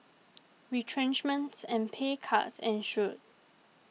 retrenchments and pay cuts ensued